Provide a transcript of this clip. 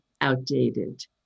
outdated